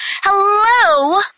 Hello